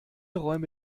räume